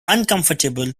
uncomfortable